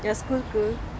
ya school girl